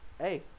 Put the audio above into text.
Hey